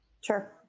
Sure